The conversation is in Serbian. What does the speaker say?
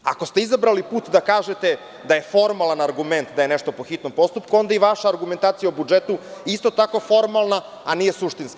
Ako ste izabrali put da kažete da je formalan argument da je nešto po hitnom postupku, onda je i vaša argumentacija o budžetu isto tako formalna, a nije suštinska.